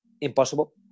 impossible